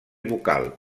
vocal